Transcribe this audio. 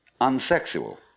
unsexual